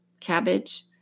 cabbage